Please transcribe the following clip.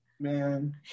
man